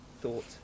thought